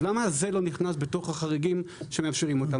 אז למה זה לא נכנס בתוך החריגים שמאפשרים אותם?